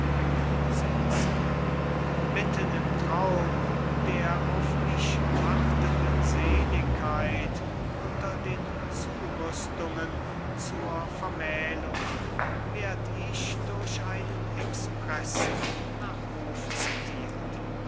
kosinsky mitten im taumel der auf mich wartenden seligkeit unter den zurüstungen zur vermählung werd ich durch einen expressen nach hof citiert